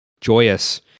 joyous